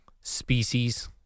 species